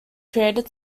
created